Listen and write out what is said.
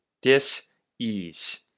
dis-ease